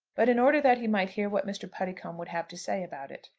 but in order that he might hear what mr. puddicombe would have to say about it.